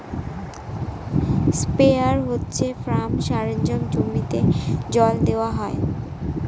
sprayer হচ্ছে farm সরঞ্জাম জমিতে জল দেওয়া হয়